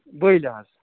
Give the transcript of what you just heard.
بٲے لِحاظٕ